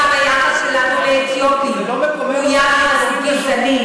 בעיקר היחס שלנו לאתיופים הוא יחס גזעני,